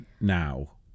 now